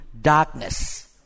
darkness